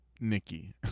nikki